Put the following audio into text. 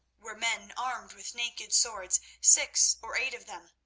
were men armed with naked swords, six or eight of them,